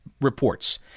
reports